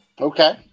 Okay